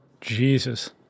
Jesus